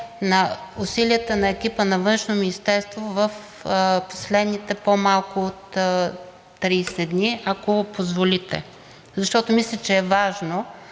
на усилията на екипа на Външно министерство в последните по малко от 30 дни, ако позволите, защото мисля, че е важно,